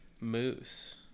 moose